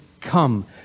come